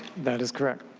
that is correct.